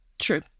True